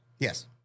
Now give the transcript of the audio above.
Yes